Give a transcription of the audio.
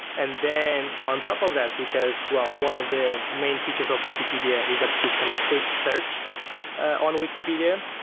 and then on top of that, because well, one of the main features of wikipedia is that you can actually search on wikipedia,